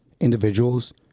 individuals